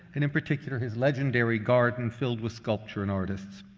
and, in particular, his legendary garden filled with sculpture and artists.